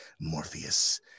Morpheus